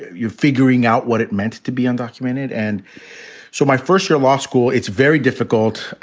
you're figuring out what it meant to be undocumented. and so my first year law school. it's very difficult.